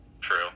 true